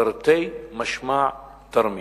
תרתי משמע "תרמית".